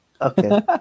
Okay